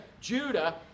Judah